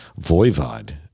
Voivod